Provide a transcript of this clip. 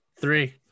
three